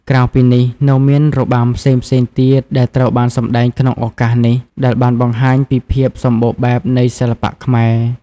ក្រៅពីនេះ នៅមានរបាំផ្សេងៗទៀតដែលត្រូវបានសម្តែងក្នុងឱកាសនេះ ដែលបានបង្ហាញពីភាពសម្បូរបែបនៃសិល្បៈខ្មែរ។